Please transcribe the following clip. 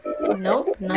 Nope